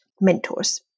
mentors